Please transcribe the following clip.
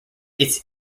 its